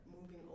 moving